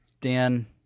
Dan